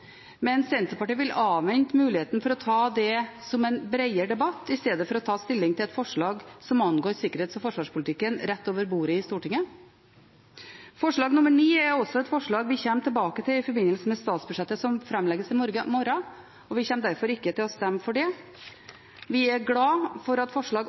men Senterpartiet vil avvente muligheten for å ta det som en bredere debatt i stedet for å ta stilling til et forslag som angår sikkerhets- og forsvarspolitikken, rett over bordet i Stortinget. Forslag nr. 9 er også et forslag vi kommer tilbake til i forbindelse med statsbudsjettet som framlegges i morgen, og vi kommer derfor ikke til å stemme for det. Vi er glade for at